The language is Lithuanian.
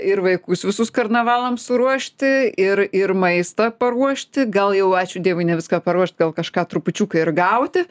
ir vaikus visus karnavalams suruošti ir ir maistą paruošti gal jau ačiū dievui ne viską paruošt gal kažką trupučiuką ir gauti